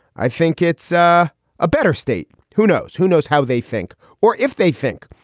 i think it's a ah better state. who knows? who knows how they think or if they think?